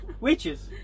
Witches